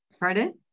Pardon